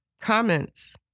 comments